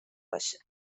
باشه